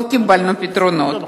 לא קיבלנו פתרונות.